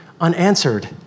unanswered